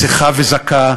צחה וזכה,